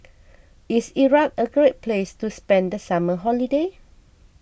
is Iraq a great place to spend the summer holiday